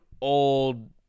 old